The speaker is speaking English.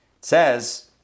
says